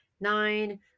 nine